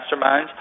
masterminds